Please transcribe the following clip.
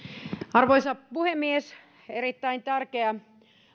arvoisa puhemies erittäin tärkeää